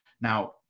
now